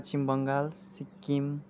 Paschim Bengal Sikkim